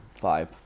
vibe